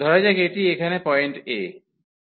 ধরা যাক এটি এখানে পয়েন্ট a